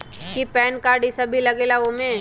कि PAN card इ सब भी लगेगा वो में?